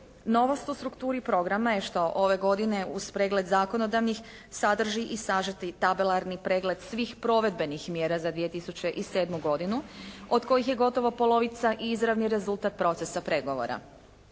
Novost u strukturi programa je što ove godine uz pregled zakonodavnih, sadrži i sažeti tabelarni pregled svih provedbenih mjera za 2007. godinu od kojih je gotovo polovica izravni rezultat procesa pregovora.